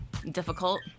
difficult